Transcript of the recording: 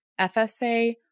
FSA